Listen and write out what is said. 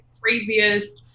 craziest